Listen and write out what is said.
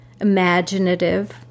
imaginative